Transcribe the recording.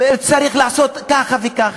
צריך לעשות ככה וככה.